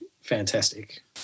fantastic